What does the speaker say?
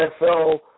NFL